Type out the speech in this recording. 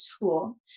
tool